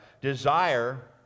desire